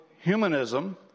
humanism